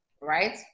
right